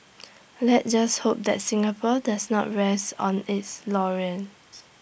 let's just hope that Singapore does not rest on its laurels